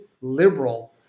liberal